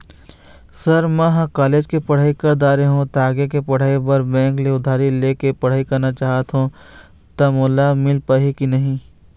Sir म ह college के पढ़ाई कर दारें हों ता आगे के पढ़ाई बर बैंक ले उधारी ले के पढ़ाई करना चाहत हों ता मोला मील पाही की नहीं?